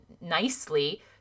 nicely